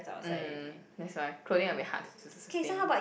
mm that's why clothing are very hard to s~ sustain